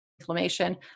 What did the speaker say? inflammation